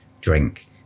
drink